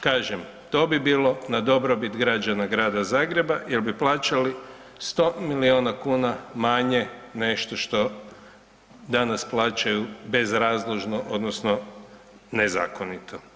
Kažem, to bi bilo na dobrobit građana Grada Zagreba jel bi plaćali 100 milijuna kuna manje nešto što danas plaćaju bezrazložno odnosno nezakonito.